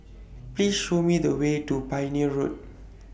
Please Show Me The Way to Pioneer Road